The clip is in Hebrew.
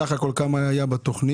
סך הכול כמה היה בתוכנית,